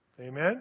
Amen